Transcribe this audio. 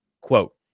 Quote